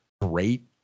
great